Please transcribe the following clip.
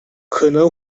可能